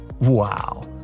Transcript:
Wow